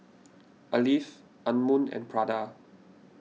Alive Anmum and Prada